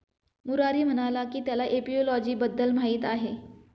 मुरारी म्हणाला की त्याला एपिओलॉजी बद्दल माहीत आहे